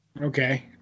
Okay